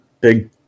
big